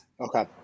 Okay